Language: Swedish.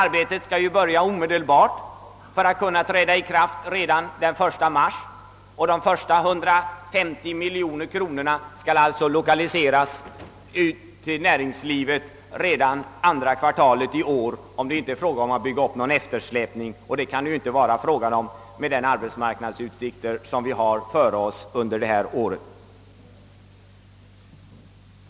Arbetet skall ju påbörjas omedelbart för att fonden skall kunna träda i verksamhet redan den 1 mars. De första 150 miljonerna skall alltså gå ut till näringslivet redan under andra kvartalet i år, såvida det inte är fråga om att först bygga upp en eftersläpning, men en sådan eftersläpning kan ju inte vara rimlig med de arbetsmarknadsutsikter vi nu har för innevarande år.